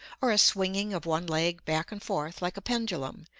or a swinging of one leg back and forth, like a pendulum,